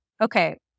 Okay